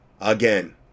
again